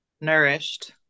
nourished